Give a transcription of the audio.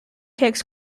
takes